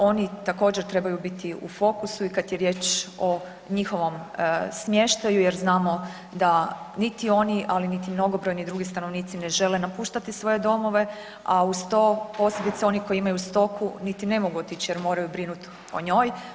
Oni također trebaju biti u fokusu i kad je riječ o njihovom smještaju jer znamo da niti oni, ali niti mnogobrojni drugi stanovnici ne žele napuštati svoje domove, a uz to posebice oni koji imaju stoku niti ne mogu otići jer moraju brinuti o njoj.